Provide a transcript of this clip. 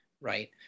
right